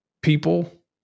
people